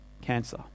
cancer